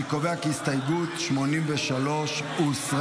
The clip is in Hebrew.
אני קובע כי הסתייגות 83 הוסרה.